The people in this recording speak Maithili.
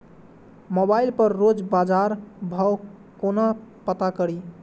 मोबाइल पर रोज बजार भाव कोना पता करि?